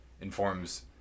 informs